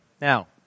Now